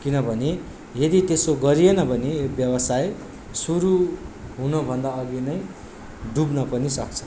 किनभने यदि त्यसो गरिएन भने व्यवसाय सुरु हुनुभन्दा अघि नै डुब्न पनि सक्छ